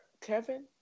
Kevin